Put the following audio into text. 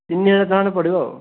ତିନି ହଜାର ଟଙ୍କାଟେ ପଡ଼ିବ ଆଉ